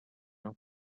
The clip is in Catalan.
han